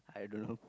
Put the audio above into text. I don't know